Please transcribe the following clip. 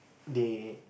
they